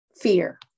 fear